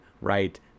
right